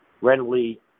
readily